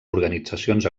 organitzacions